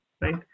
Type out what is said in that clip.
right